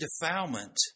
defilement